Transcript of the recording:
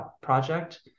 project